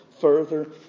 further